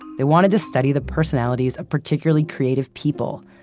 they wanted to study the personalities of particularly creative people,